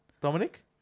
Dominic